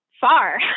far